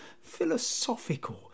philosophical